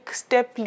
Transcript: step